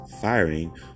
firing